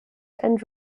and